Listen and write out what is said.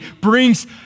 brings